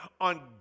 on